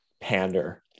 pander